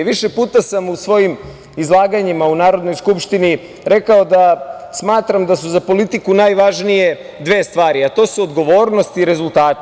Više puta sam u svojim izlaganjima u Narodnoj skupštini rekao da smatram da su za politiku najvažnije dve stvari, a to su odgovornost i rezultati.